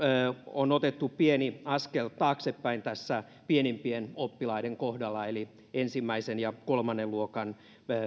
on otettu pieni askel taaksepäin tässä pienimpien oppilaiden kohdalla eli perusopetuksessa olevien ensimmäisen viiva kolmannen luokan